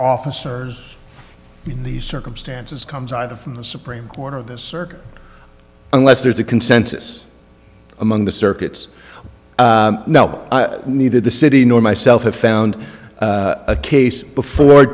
officers in these circumstances comes either from the supreme court or the circuit unless there's a consensus among the circuits no neither the city nor myself have found a case before